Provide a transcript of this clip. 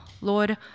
Lord